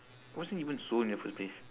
it wasn't even sold in the first place